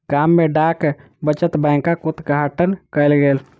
गाम में डाक बचत बैंकक उद्घाटन कयल गेल